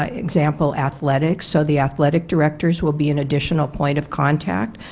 ah example athletics, so the athletic directors will be an additional point of contact.